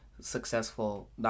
successful